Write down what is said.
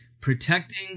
protecting